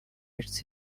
its